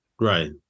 Right